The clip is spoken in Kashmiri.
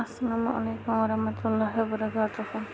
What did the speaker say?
اَلسلامُ علیکُم وَ رحمتُہ اللہِ وَبَرکاتہوٗ